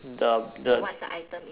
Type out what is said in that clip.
the the